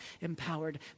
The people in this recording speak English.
empowered